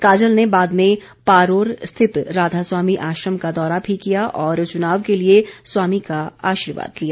काजल ने बाद में पारोर स्थित राधा स्वामी आश्रम का दौरा भी किया और चुनाव के लिए स्वामी का आशीर्वाद लिया